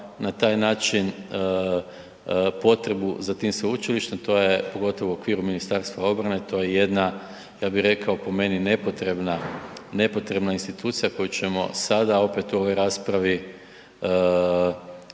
na taj način potrebu za tim sveučilištem, to je pogotovo u okviru Ministarstva obrane, to je jedna ja bi rekao po meni nepotrebna, nepotrebna institucija koju ćemo sada opet u ovoj raspravi